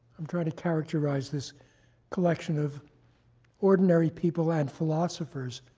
i'm trying to characterize this collection of ordinary people and philosophers,